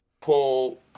Pull